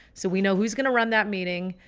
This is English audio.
so we know who's going to run that meeting,